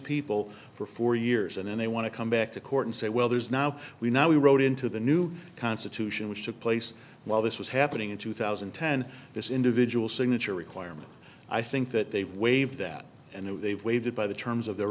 people for four years and they want to come back to court and say well there's now we now we wrote into the new constitution which took place while this was happening in two thousand and ten this individual signature requirement i think that they've waived that and they've waited by the terms of their